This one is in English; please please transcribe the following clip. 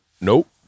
nope